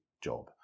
job